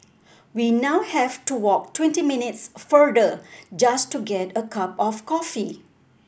we now have to walk twenty minutes further just to get a cup of coffee